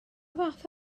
fath